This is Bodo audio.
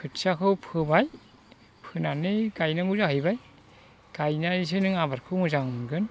खोथियाखौ फोबाय फोनानै गायनांगौ जाहैबाय गायनानैसो नों आबादखौ मोजां मोनगोन